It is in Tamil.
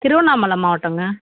திருவண்ணாமலை மாவட்டங்க